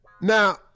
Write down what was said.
Now